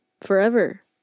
forever